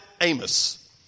Amos